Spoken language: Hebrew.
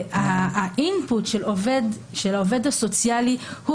האימפוט של העובד הסוציאלי הוא